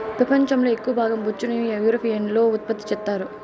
పెపంచం లో ఎక్కవ భాగం బొచ్చును యూరోపియన్లు ఉత్పత్తి చెత్తారు